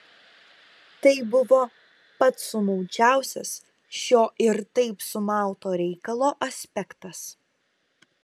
tai buvo pats sumaučiausias šio ir taip sumauto reikalo aspektas